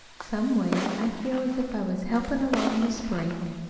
some way, i feel as if i was helpin' along the spring.